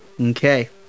Okay